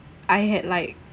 I had like